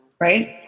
right